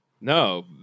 No